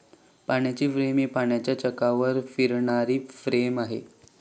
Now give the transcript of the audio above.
पाण्याची फ्रेम ही पाण्याच्या चाकावर फिरणारी फ्रेम आहे